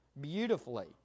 beautifully